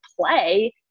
play